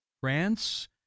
France